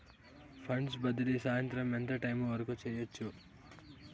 funds బదిలీ సాయంత్రం ఎంత టైము వరకు చేయొచ్చు